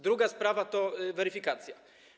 Druga sprawa to weryfikacja.